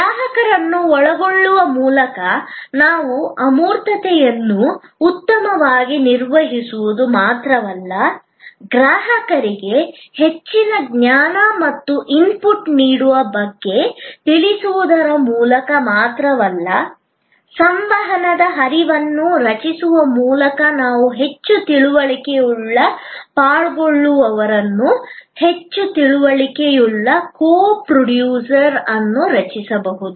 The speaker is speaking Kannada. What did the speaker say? ಗ್ರಾಹಕರನ್ನು ಒಳಗೊಳ್ಳುವ ಮೂಲಕ ನಾವು ಅಮೂರ್ತತೆಯನ್ನು ಉತ್ತಮವಾಗಿ ನಿರ್ವಹಿಸುವುದು ಮಾತ್ರವಲ್ಲ ಗ್ರಾಹಕರಿಗೆ ಹೆಚ್ಚಿನ ಜ್ಞಾನ ಮತ್ತು ಇನ್ಪುಟ್ ನೀಡುವ ಬಗ್ಗೆ ತಿಳಿಸುವುದರ ಮೂಲಕ ಮಾತ್ರವಲ್ಲ ಸಂವಹನದ ಹರಿವನ್ನು ರಚಿಸುವ ಮೂಲಕ ನಾವು ಹೆಚ್ಚು ತಿಳುವಳಿಕೆಯುಳ್ಳ ಪಾಲ್ಗೊಳ್ಳುವವರನ್ನು ಹೆಚ್ಚು ತಿಳುವಳಿಕೆಯುಳ್ಳ ಕೋ ಪ್ರೊಡ್ಯೂಸರ್ ಅನ್ನು ರಚಿಸಬಹುದು